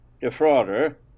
defrauder